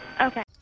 Okay